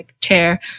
chair